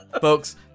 Folks